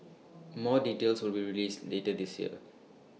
more details will be released later this year